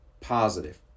positive